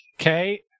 Okay